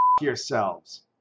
yourselves